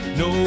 no